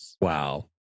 Wow